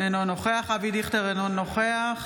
אינו נוכח אבי דיכטר, אינו נוכח